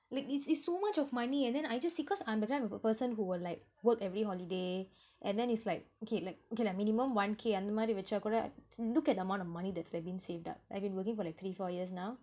let it's it's so much of money and then I just see because I'm the type of person who will like work every holiday and then it's like okay like okay like minimum one K அந்தமாரி வெச்ச கூட:anthamaari vechaa kooda look at the amount of money that's like being saved up I've been working for like three four years now